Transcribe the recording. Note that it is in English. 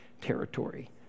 territory